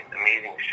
amazing